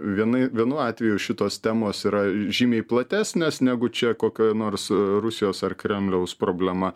vienai vienu atveju šitos temos yra žymiai platesnės negu čia kokioj nors rusijos ar kremliaus problema